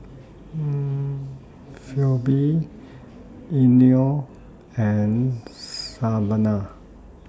Phebe Eino and Savanah